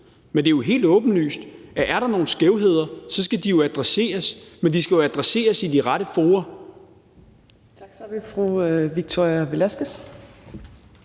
Men det er jo helt åbenlyst, at er der nogle skævheder, skal de adresseres, men de skal jo adresseres i de rette fora.